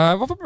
vou